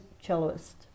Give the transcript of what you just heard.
cellist